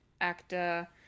Actor